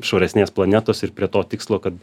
švaresnės planetos ir prie to tikslo kad